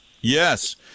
yes